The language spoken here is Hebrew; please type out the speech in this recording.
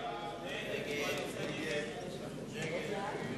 ההסתייגות של קבוצת סיעת קדימה,